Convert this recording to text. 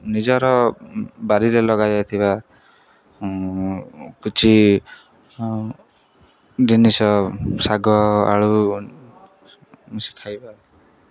ନିଜର ବାରିରେ ଲଗାଯାଇଥିବା କିଛି ଜିନିଷ ଶାଗ ଆଳୁ ମିଶିକି ଖାଇବା